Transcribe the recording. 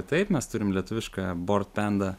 taip mes turim lietuvišką bored panda